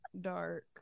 dark